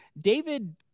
David